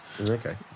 Okay